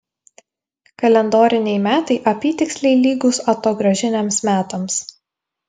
kalendoriniai metai apytiksliai lygūs atogrąžiniams metams